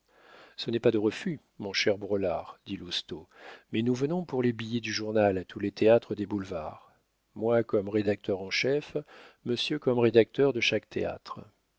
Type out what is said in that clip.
ce n'est pas de refus mon cher braulard dit lousteau mais nous venons pour les billets du journal à tous les théâtres des boulevards moi comme rédacteur en chef monsieur comme rédacteur de chaque théâtre